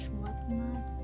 whatnot